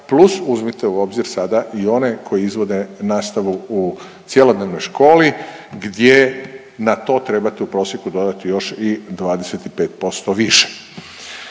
plus uzmite u obzir sada i one koji izvode nastavu u cjelodnevnoj školi gdje na to trebate u prosjeku dodati još i 25% više.